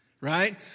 right